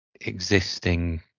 existing